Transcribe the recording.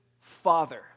father